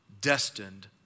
destined